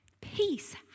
Peace